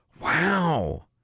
Wow